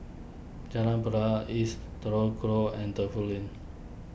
Jalan Batalong East Telok Kurau and Defu Lane